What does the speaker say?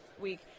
week